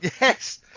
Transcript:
Yes